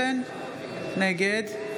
57 מתנגדים,